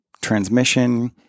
transmission